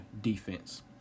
defense